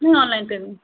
नहीं online payment